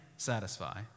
satisfy